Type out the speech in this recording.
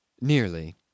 Nearly